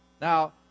now